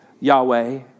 Yahweh